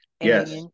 Yes